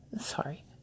sorry